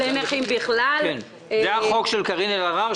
זה החוק של קארין אלהרר,